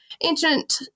ancient